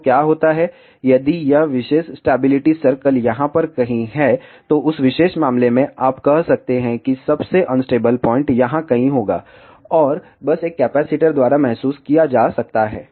तो क्या होता है यदि यह विशेष स्टैबिलिटी सर्कल यहां पर कहीं है तो उस विशेष मामले में आप कह सकते हैं कि सबसे अनस्टेबल पॉइंट यहां कहीं होगा और बस एक कैपेसिटर द्वारा महसूस किया जा सकता है